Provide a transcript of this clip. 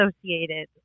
associated